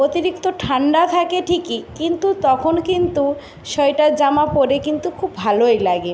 অতিরিক্ত ঠান্ডা থাকে ঠিকই কিন্তু তখন কিন্তু সোয়েটার জামা পরে কিন্তু খুব ভালোই লাগে